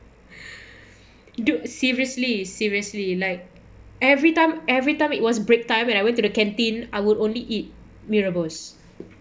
dude seriously seriously like everytime everytime it was break time when I went to the canteen I would only eat mee rebus